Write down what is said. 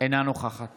אינה נוכחת